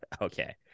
Okay